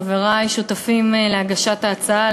חברי השותפים להגשת ההצעה,